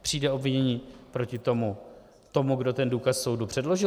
Přijde obvinění proti tomu, kdo ten důkaz soudu předložil?